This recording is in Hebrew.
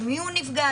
עם מי הוא נפגש,